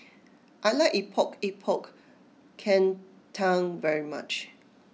I like Epok Epok Kentang very much